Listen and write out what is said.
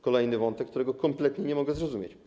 Kolejny wątek, którego kompletnie nie mogę zrozumieć.